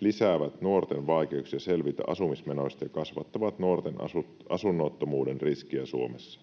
lisäävät nuorten vaikeuksia selvitä asumismenoista ja kasvattavat nuorten asunnottomuuden riskiä Suomessa.”